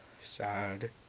sad